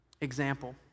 example